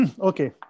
okay